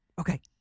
Okay